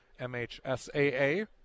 MHSAA